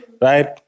right